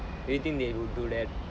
do you think they'll do that